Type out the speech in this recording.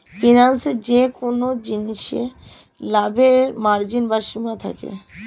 ফিন্যান্সে যেকোন জিনিসে লাভের মার্জিন বা সীমা থাকে